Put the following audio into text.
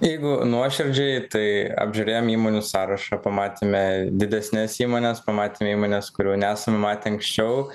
jeigu nuoširdžiai tai apžiūrėjom įmonių sąrašą pamatėme didesnes įmones pamatėm įmones kurių nesam matę anksčiau